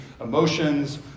emotions